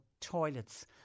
toilets